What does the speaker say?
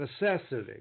necessity